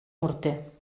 morter